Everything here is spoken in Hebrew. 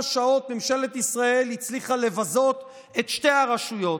שעות ממשלת ישראל הצליחה לבזות את שתי הרשויות.